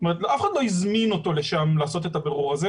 אף אחד לא הזמין אותו לשם לעשות את הבירור הזה.